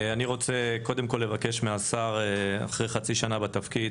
אני רוצה קודם כל לבקש מהשר אחרי חצי שנה בתפקיד